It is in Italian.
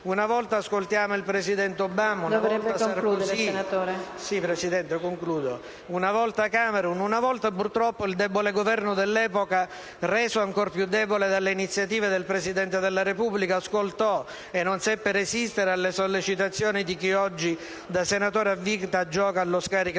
una volta Cameron; una volta, purtroppo, il debole Governo dell'epoca, reso ancor più debole dalle iniziative del Presidente della Repubblica, ascoltò e non seppe resistere alle sollecitazioni di chi oggi, da senatore a vita, gioca allo scaricabarile.